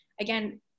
again